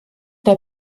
der